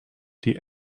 die